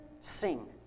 sing